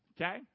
okay